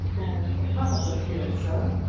and papa will feel it so.